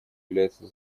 является